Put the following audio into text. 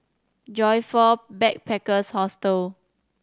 Joyfor Backpackers' Hostel